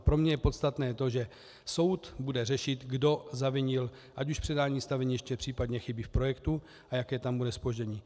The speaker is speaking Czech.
Pro mě je podstatné to, že soud bude řešit, kdo zavinil ať už předání staveniště, případně chyby v projektu, a jaké tam bude zpoždění.